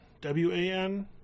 W-A-N